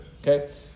okay